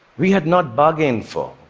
we had not bargained for